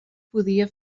podia